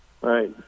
Right